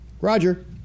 Roger